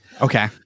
Okay